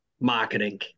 marketing